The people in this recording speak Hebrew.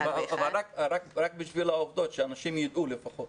רק בשביל העובדות, שאנשים יידעו לפחות.